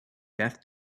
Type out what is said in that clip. death